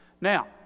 Now